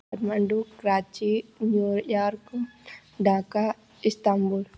मेंडूक राज्य New York Dhaka Istanbul